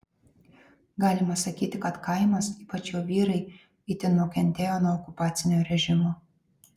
galima sakyti kad kaimas ypač jo vyrai itin nukentėjo nuo okupacinio režimo